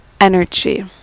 energy